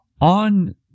on